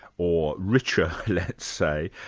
or richer let's say,